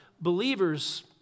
believers